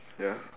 ya